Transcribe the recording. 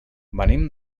venim